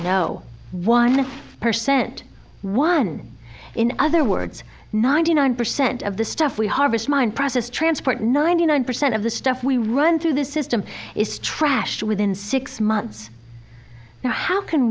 hundred percent one in other words ninety nine percent of the stuff we harvest mine process transport ninety nine percent of the stuff we run through this system is trashed within six months now how can